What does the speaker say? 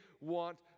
want